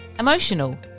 emotional